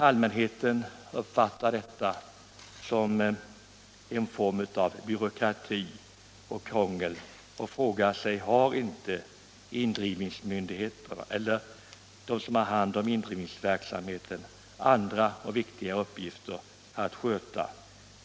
Allmänheten uppfattar dessutom detta som en form av byråkrati och krångel och frågar sig, om inte indrivningsmyndigheterna, de som har hand om indrivningsverksamheten, har andra och viktigare uppgifter att sköta.